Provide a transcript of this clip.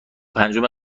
پنجم